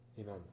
Amen